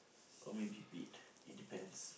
or maybe bed it depends